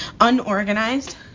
unorganized